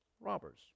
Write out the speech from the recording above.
robbers